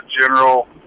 general